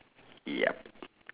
yup